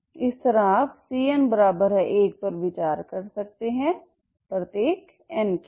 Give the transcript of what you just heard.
इस तरह आप cn 1 पर विचार कर सकते हैं प्रत्येक n के लिए